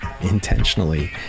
intentionally